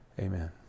Amen